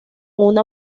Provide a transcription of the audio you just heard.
una